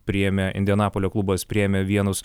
priėmė indianapolio klubas priėmė vienus